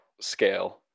scale